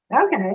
Okay